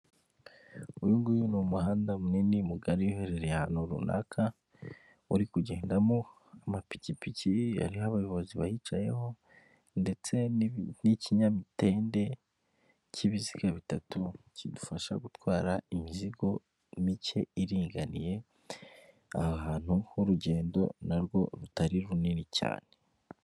Uyu nguyu ni umuhanda munini mugari uherereye ahantu runaka wari kugendamo amapikipiki ariho abayobozi bayicayeho ndetse n'ikinyamitende cy'ibiziga bitatu kidufasha gutwara imizigo mike iringaniye aha ahantu h'urugendo narwo rutari runini cyane.